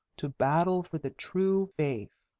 to battle for the true faith.